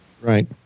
Right